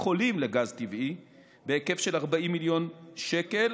חולים לגז טבעי בהיקף של 40 מיליון שקל,